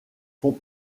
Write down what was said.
font